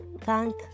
thank